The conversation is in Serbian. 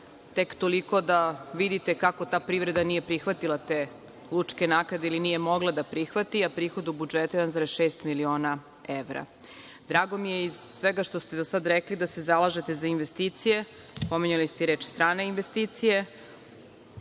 tek toliko da vidite kako to privreda nije prihvatila te lučke naknade ili nije mogla da prihvati, a prihod u budžetu je 1,6 miliona evra. Drago mi je iz svega što ste rekli da se zalažete za investicije, pominjali ste i strane investicije.